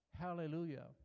Hallelujah